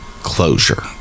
closure